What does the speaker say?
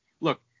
look